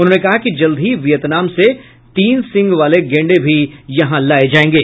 उन्होंने कहा कि जल्द ही वियतनाम से तीन सिंग वाले गैंडे भी यहां लाये जायेंगे